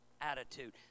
attitude